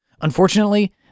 Unfortunately